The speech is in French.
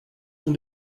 sont